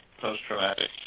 post-traumatic